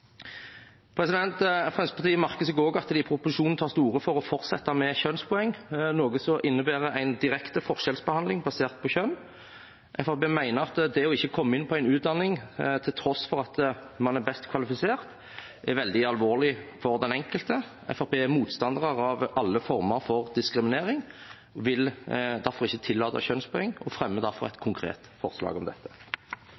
Fremskrittspartiet merker seg også at det i proposisjonen tas til orde for å fortsette med kjønnspoeng, noe som innebærer en direkte forskjellsbehandling basert på kjønn. Fremskrittspartiet mener at det å ikke komme inn på en utdanning til tross for at man er best kvalifisert, er veldig alvorlig for den enkelte. Fremskrittspartiet er motstandere av alle former for diskriminering. Vi vil derfor ikke tillate kjønnspoeng og fremmer et